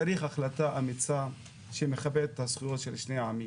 צריך החלטה אמיצה שמכבדת את הזכויות של שני העמים.